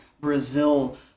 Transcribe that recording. Brazil